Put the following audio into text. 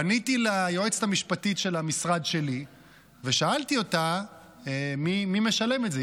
פניתי ליועצת המשפטית של המשרד שלי ושאלתי אותה מי משלם את זה.